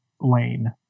lane